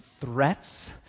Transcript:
threats